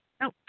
no